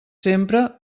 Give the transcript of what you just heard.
sempre